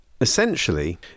essentially